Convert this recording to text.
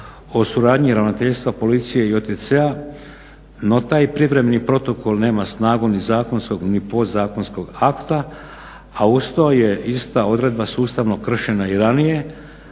o suradnji ravnateljstva policije i OTC-a no taj privremeni protokol nema snagu ni zakonskog ni podzakonskog akta a uz to je ista odredba sustavno kršena i ranije,